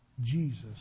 Jesus